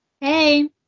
Hey